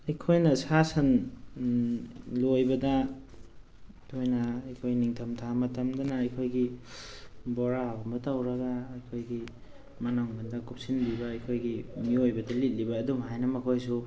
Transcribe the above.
ꯑꯩꯈꯣꯏꯅ ꯁꯥ ꯁꯟ ꯂꯣꯏꯕꯗ ꯊꯣꯏꯅ ꯑꯩꯈꯣꯏ ꯅꯤꯡꯊꯝ ꯊꯥ ꯃꯇꯝꯗꯅ ꯑꯩꯈꯣꯏꯒꯤ ꯕꯣꯔꯥꯒꯨꯝꯕ ꯇꯧꯔꯒ ꯑꯩꯈꯣꯏꯒꯤ ꯃꯅꯪꯒꯟꯗ ꯀꯨꯞꯁꯤꯟꯕꯤꯕ ꯑꯩꯈꯣꯏꯒꯤ ꯃꯤꯑꯣꯏꯕꯗ ꯂꯤꯠꯂꯤꯕ ꯑꯗꯨꯝ ꯍꯥꯏꯅ ꯃꯈꯣꯏꯁꯨ